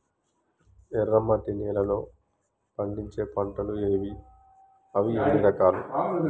ఎర్రమట్టి నేలలో పండించే పంటలు ఏవి? అవి ఎన్ని రకాలు?